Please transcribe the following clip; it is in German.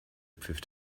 pfiff